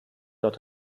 dort